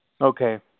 Okay